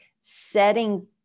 setting